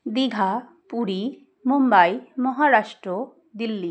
Digha Puri Mumbai Maharashtra Delhi